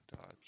Dodge